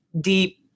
deep